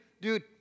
dude